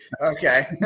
Okay